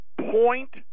point